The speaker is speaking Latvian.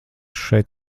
šeit